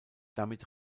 damit